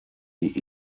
die